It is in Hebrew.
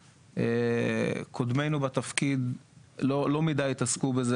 קודמנו בתפקיד לא מידי התעסקו בזה